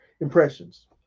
impressions